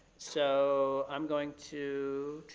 so i'm going to